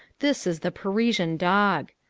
this is the parisian dog.